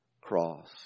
cross